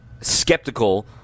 skeptical